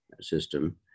system